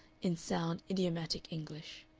in sound, idiomatic english.